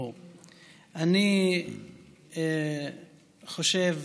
אני חושב